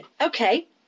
Okay